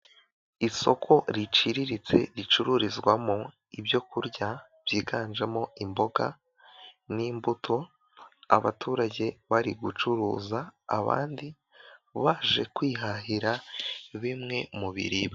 Isoko riciriritse ricururizwamo ibyo kurya byiganjemo imboga n'imbuto, abaturage bari gucuruza abandi baje kwihahira bimwe mu biribwa.